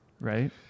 right